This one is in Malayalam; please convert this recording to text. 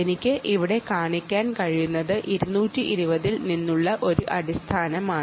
എനിക്ക് ഇവിടെ കാണിക്കാൻ കഴിയുന്നത് 220 ൽ നിന്നുള്ള ഒരു അടിസ്ഥാനമാണ്